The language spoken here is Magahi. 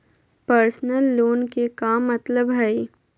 पर्सनल लोन के का मतलब हई?